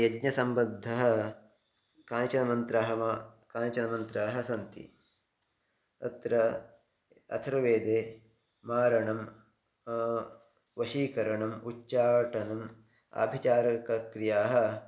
यज्ञसम्बद्धः कानिचनमन्त्राः मा कानिचनमन्त्राः सन्ति अत्र अथर्वेदे मारणं वशीकरणम् उच्चाटनम् आभिचारिकक्रियाः